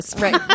Right